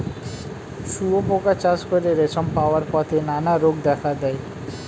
শুঁয়োপোকা চাষ করে রেশম পাওয়ার পথে নানা রোগ দেখা দেয়